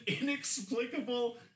inexplicable